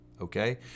okay